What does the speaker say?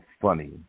funny